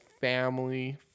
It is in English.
family